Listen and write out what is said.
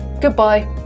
Goodbye